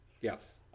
Yes